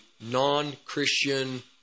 non-Christian